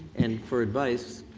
and for advice,